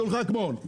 אדון אוחיון,